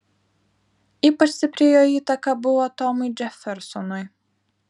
ypač stipri jo įtaka buvo tomui džefersonui